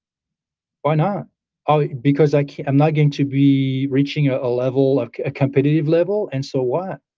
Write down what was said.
why not? ah because like i'm not going to be reaching a level, a competitive level. and so what?